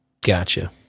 Gotcha